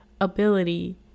ability